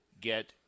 get